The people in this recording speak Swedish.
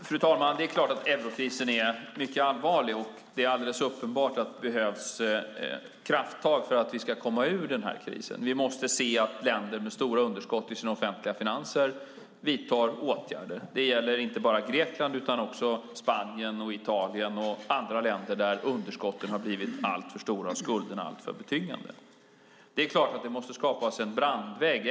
Fru talman! Det är klart att eurokrisen är mycket allvarlig. Det är alldeles uppenbart att det behövs krafttag för att vi ska komma ur krisen. Vi måste se att länder med stora underskott i sina offentliga finanser vidtar åtgärder. Det gäller inte bara Grekland utan också Spanien, Italien och andra länder där underskotten har blivit alltför stora och skulderna alltför betungande. Det är klart att vi måste skapa oss en brandvägg.